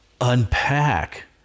unpack